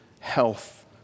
health